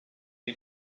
you